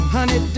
Honey